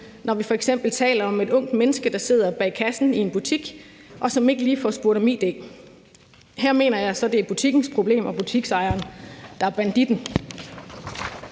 når vi f.eks. taler om et ungt menneske, der sidder bag kassen i en butik, og som ikke lige får spurgt om id. Her mener jeg så, det er butikkens problem og butiksejeren, der er banditten.